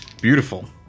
Beautiful